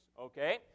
okay